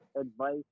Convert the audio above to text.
advice